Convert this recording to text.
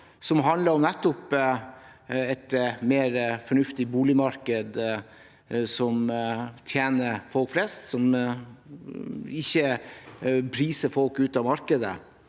som handlet om nettopp et mer fornuftig boligmarked som tjener folk flest, og som ikke priser folk ut av markedet.